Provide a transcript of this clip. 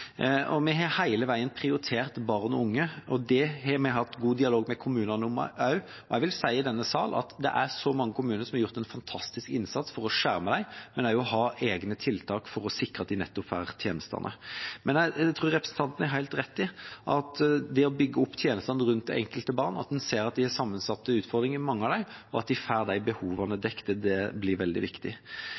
Vi har hele veien prioritert barn og unge, og det har vi hatt god dialog med kommunene om også. Jeg vil si i denne sal at det er så mange kommuner som har gjort en fantastisk innsats for å skjerme dem, men også å ha egne tiltak for å sikre at de nettopp får de tjenestene. Jeg tror representanten har helt rett i at det å bygge opp tjenestene rundt det enkelte barn, at en ser at mange av dem har sammensatte utfordringer, og at de får de behovene dekket, blir veldig viktig.